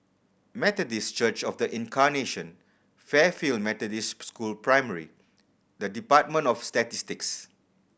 Methodist Church Of The Incarnation Fairfield Methodist School Primary and Department of Statistics